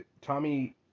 Tommy